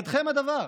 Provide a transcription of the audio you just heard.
בידיכם הדבר.